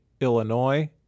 Illinois